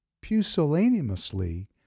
pusillanimously